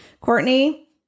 Courtney